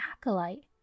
acolyte